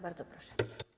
Bardzo proszę.